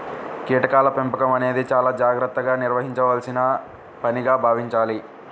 కీటకాల పెంపకం అనేది చాలా జాగర్తగా నిర్వహించాల్సిన పనిగా భావించాలి